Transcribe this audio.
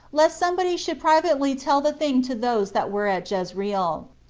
lest somebody should privately tell the thing to those that were at jezreel.